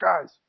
guys